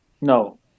No